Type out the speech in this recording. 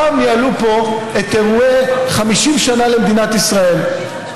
פעם ניהלו פה את אירועי 50 שנה למדינת ישראל.